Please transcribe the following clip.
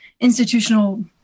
institutional